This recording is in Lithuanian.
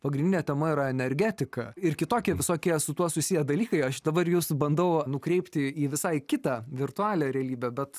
pagrindinė tema yra energetika ir kitokie visokie su tuo susiję dalykai aš dabar jus bandau nukreipti į visai kitą virtualią realybę bet